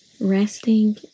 Resting